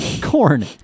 Corn